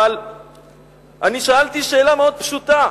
אבל אני שאלתי שאלה מאוד פשוטה: